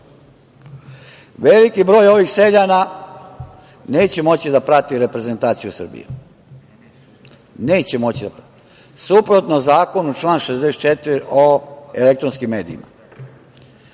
Veliki broj ovih seljana neće moći da prati reprezentaciju Srbije. Neće moći da prati. Suprotno zakonu član 64. o elektronskim medijima,